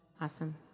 Awesome